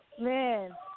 Man